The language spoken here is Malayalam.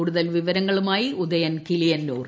കൂടുതൽ വിവിരങ്ങളുമായി ഉദയൻ കിളിയന്നൂർ